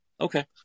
Okay